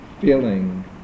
feeling